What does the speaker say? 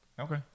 Okay